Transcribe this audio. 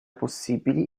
possibili